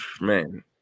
Man